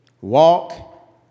Walk